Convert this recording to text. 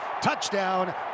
Touchdown